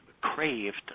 craved